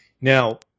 Now